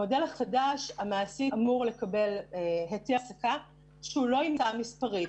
במודל החדש המעסיק אמור לקבל היתר העסקה שהוא לא מספרי,